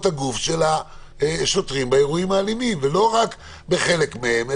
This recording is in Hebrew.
הגוף של השוטרים באירועים האלימים ולא רק בחלק מהם,